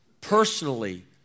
personally